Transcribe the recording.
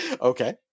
Okay